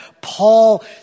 Paul